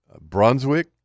Brunswick